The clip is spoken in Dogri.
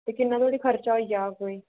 ते किन्ना धोड़ी खर्चा होई जाह्ग कोई